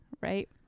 right